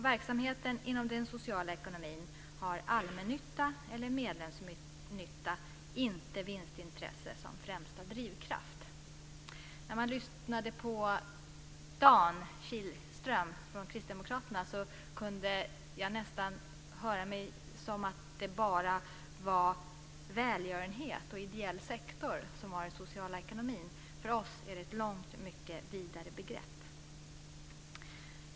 Verksamheterna inom den sociala ekonomin har allmännytta eller medlemsnytta, inte vinstintresse, som främsta drivkraft. När man lyssnade till Dan Kihlström från kristdemokraterna lät det som att det bara var välgörenhet och ideell sektor som ingår i den sociala ekonomin. Men för oss är det ett mycket vidare begrepp.